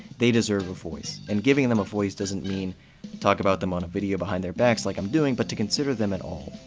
they deserve a voice. and giving them a voice doesn't mean talk about them on a video behind their backs like i'm doing, but to consider them at all.